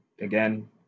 Again